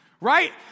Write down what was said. right